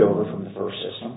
over from the first system